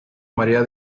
maría